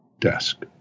desk